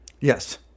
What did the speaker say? Yes